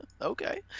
Okay